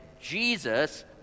Jesus